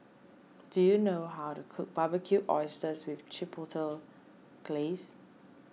do you know how to cook Barbecued Oysters with Chipotle Glaze